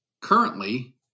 currently